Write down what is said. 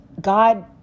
God